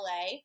LA